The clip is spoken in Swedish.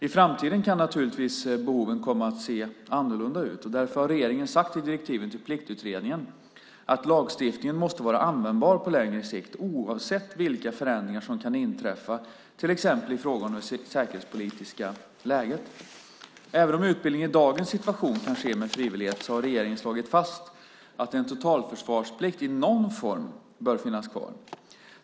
I framtiden kan naturligtvis behoven komma att se annorlunda ut, och därför har regeringen sagt i direktiven till Pliktutredningen att lagstiftningen måste vara användbar på längre sikt oavsett vilka förändringar som kan inträffa, till exempel i fråga om det säkerhetspolitiska läget. Även om utbildningen i dagens situation kan ske med frivillighet har regeringen slagit fast att en totalförsvarsplikt i någon form bör finnas kvar.